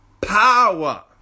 power